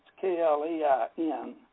K-L-E-I-N